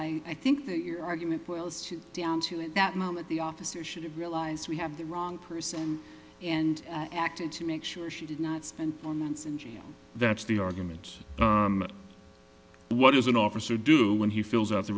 i i think that your argument boils down to at that moment the officer should have realized we have the wrong person and acted to make sure she did not spend four months in jail that's the argument what does an officer do when he fills out the